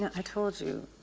i told you,